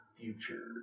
future